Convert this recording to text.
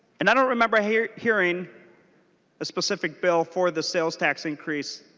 and i don't remember hearing hearing a specific bill for the sales tax increase